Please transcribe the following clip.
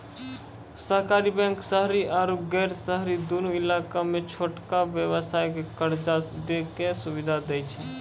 सहकारी बैंक शहरी आरु गैर शहरी दुनू इलाका मे छोटका व्यवसायो के कर्जा दै के सुविधा दै छै